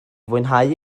fwynhau